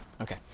okay